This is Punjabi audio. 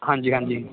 ਹਾਂਜੀ ਹਾਂਜੀ